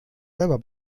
selber